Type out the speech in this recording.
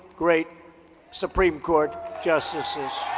great supreme court justices